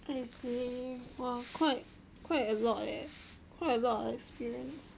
honestly !wah! quite quite a lot leh quite a lot of experience